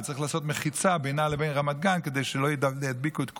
וצריך לעשות מחיצה בינה לבין רמת גן כדי שלא ידביקו את כולם.